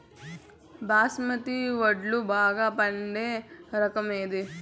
బాస్మతి వడ్లు బాగా పండే రకం ఏది